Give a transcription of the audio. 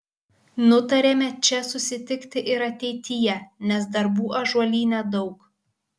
nutarėme čia susitikti ir ateityje nes darbų ąžuolyne daug